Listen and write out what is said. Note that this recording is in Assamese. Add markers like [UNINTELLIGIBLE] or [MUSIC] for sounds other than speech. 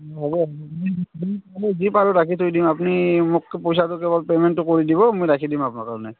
হ'ব [UNINTELLIGIBLE] যি পাৰোঁ ৰাখি থৈ দিম আপুনি মোকতো পইচাটো দিব পে'মেন্টটো কৰি দিব মই ৰাখি দিম আপোনাৰ কাৰণে